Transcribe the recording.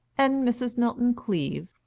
and mrs. milton-cleave,